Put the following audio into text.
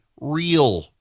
real